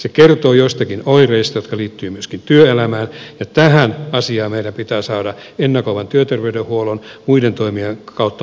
se kertoo joistakin oireista jotka liittyvät myöskin työelämään ja tähän asiaan meidän pitää saada ennakoivan työterveydenhuollon ja muiden toimien kautta muutoksia